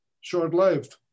short-lived